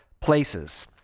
places